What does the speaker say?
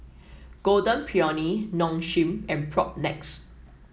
Golden Peony Nong Shim and Propnex